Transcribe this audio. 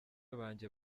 banjye